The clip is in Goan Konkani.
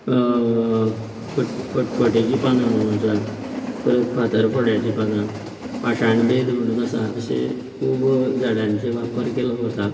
फटफटिची पानां म्हण आसा परत फातर फोड्यांची पानां पाशाणबेद म्हण आसा अशीं खूब झाडांचो वापर केलो वता